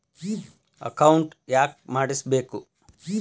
Account ಯಾಕ್ ಮಾಡಿಸಬೇಕು?